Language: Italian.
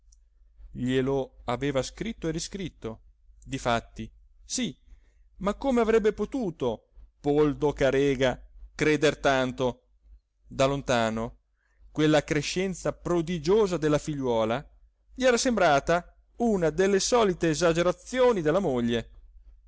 glielo aveva scritto e riscritto difatti sì ma come avrebbe potuto poldo carega creder tanto da lontano quella crescenza prodigiosa della figliuola gli era sembrata una delle solite esagerazioni della moglie